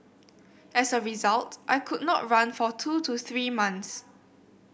as a result I could not run for two to three months